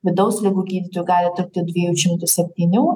vidaus ligų gydytojų gali trūkti dviejų šimtų septynių